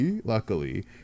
luckily